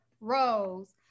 rose